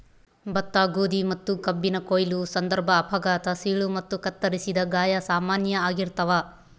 ಭತ್ತ ಗೋಧಿ ಮತ್ತುಕಬ್ಬಿನ ಕೊಯ್ಲು ಸಂದರ್ಭ ಅಪಘಾತ ಸೀಳು ಮತ್ತು ಕತ್ತರಿಸಿದ ಗಾಯ ಸಾಮಾನ್ಯ ಆಗಿರ್ತಾವ